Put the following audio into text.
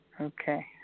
Okay